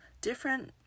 different